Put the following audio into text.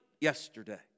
yesterday